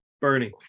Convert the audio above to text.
Bernie